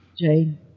Jane